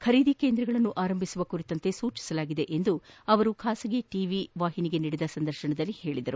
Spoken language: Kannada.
ಖರೀದಿ ಕೇಂದ್ರಗಳನ್ನು ಆರಂಭಿಸುವ ಕುರಿತಂತೆ ಸೂಚನೆ ನೀಡಲಾಗಿದೆ ಎಂದು ಅವರು ಖಾಸಗಿ ಟಿವಿಗೆ ನೀಡಿದ ಸಂದರ್ಶನದಲ್ಲಿ ಹೇಳಿದರು